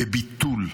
בביטול,